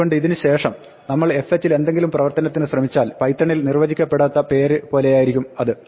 അതുകൊണ്ട് ഇതിന് ശേഷം നമ്മൾ fh ൽ ഏതെങ്കിലും പ്രവർത്തനത്തിന് ശ്രമിച്ചാൽ പൈത്തണിൽ നിർവ്വചിക്കപ്പെടാത്ത പേര് പോലെയിരിക്കും അത്